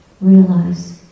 realize